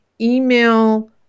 email